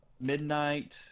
midnight